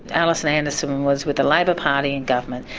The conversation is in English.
alison anderson was with the labor party in government,